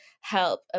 help